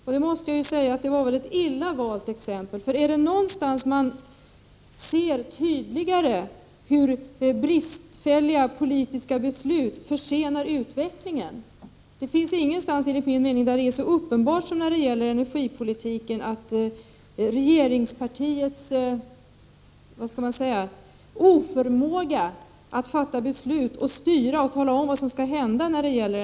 Enligt min mening var det ett illa valt exempel, för är det någonstans där man tydligt ser hur bristfälliga politiska beslut försenar utvecklingen är det på energipolitikens område. Här har regeringspartiets oförmåga att fatta beslut, styra och tala om vad som skall hända klart visats.